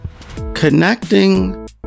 Connecting